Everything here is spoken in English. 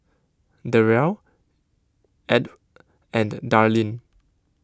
Derrell Edw and Darleen